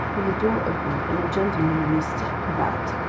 when the door opened, and a gentleman in a stiff cravat,